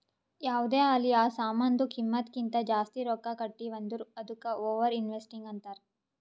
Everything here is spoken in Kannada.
ಯಾವ್ದೇ ಆಲಿ ಆ ಸಾಮಾನ್ದು ಕಿಮ್ಮತ್ ಕಿಂತಾ ಜಾಸ್ತಿ ರೊಕ್ಕಾ ಕೊಟ್ಟಿವ್ ಅಂದುರ್ ಅದ್ದುಕ ಓವರ್ ಇನ್ವೆಸ್ಟಿಂಗ್ ಅಂತಾರ್